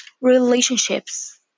relationships